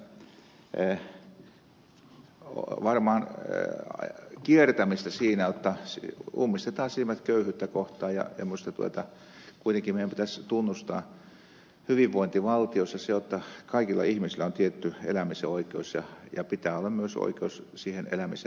tämä on siinä mielessä varmaan kiertämistä siinä jotta ummistetaan silmät köyhyyttä kohtaan ja minusta meidän kuitenkin pitäisi tunnustaa hyvinvointivaltiossa se jotta kaikilla ihmisillä on tietty elämisen oikeus ja pitää olla myös oikeus siihen elämisen tasoonkin